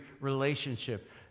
relationship